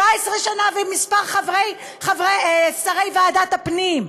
17 שנה, וכמה שרי, ועדת הפנים?